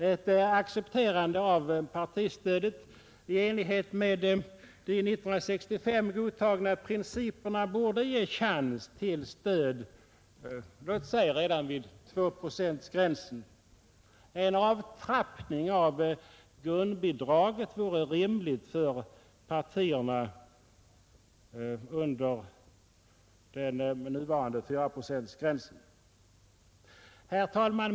Ett accepterande av partistödet i enlighet med de 1965 godtagna principerna borde ge chans till stöd låt oss säga redan vid 2 procent. En avtrappning av grundbidraget vore rimlig för partierna under den nuvarande fyraprocentsgränsen. Herr talman!